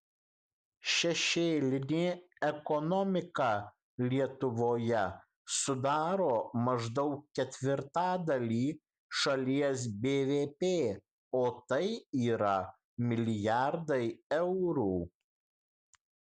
šešėlinė ekonomika lietuvoje sudaro maždaug ketvirtadalį šalies bvp o tai yra milijardai eurų